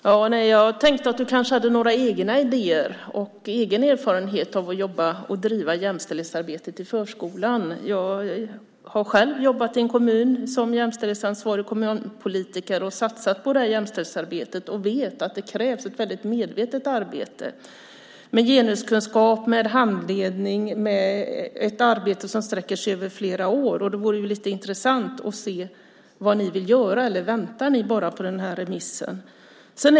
Fru talman! Jag tänkte att Sofia Larsen kanske hade några egna idéer och egen erfarenhet av att jobba med och driva jämställdhetsarbetet i förskolan. Jag har själv jobbat som jämställdhetsansvarig kommunpolitiker och satsat på jämställdhetsarbetet. Jag vet att det krävs ett väldigt medvetet arbete med genuskunskap och handledning, och det är ett arbete som sträcker sig över flera år. Det vore intressant att se vad ni vill göra. Eller väntar ni bara på remissen?